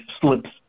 slips